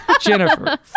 Jennifer